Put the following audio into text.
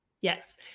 Yes